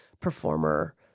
performer